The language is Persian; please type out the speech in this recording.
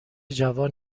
جوان